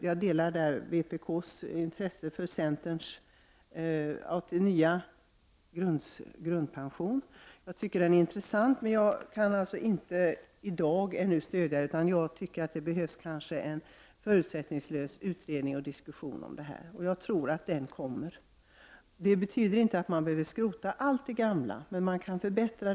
Jag delar vpk:s intresse för centerns förslag om ny grundpension. Jag tycker att förslaget är intressant. Jag kan emellertid inte i dag stödja detta förslag, utan jag anser att det behövs en förutsättningslös utredning och diskussion om detta, och jag tror att den kommer till stånd. Det betyder inte att allt det gamla behöver skrotas, men det kan förbättras.